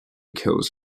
kills